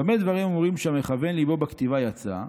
במה דברים אמורים שהמכוון ליבו בכתיבתה יצא,